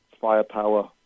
firepower